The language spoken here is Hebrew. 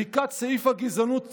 מחיקת סעיף הגזענות